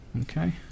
okay